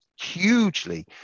hugely